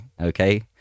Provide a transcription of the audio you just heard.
okay